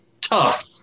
tough